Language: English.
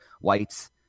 whites